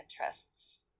interests